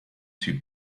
typ